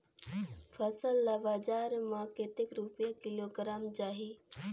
फसल ला बजार मां कतेक रुपिया किलोग्राम जाही?